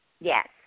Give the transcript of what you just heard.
Yes